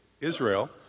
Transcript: Israel